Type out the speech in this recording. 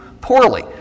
poorly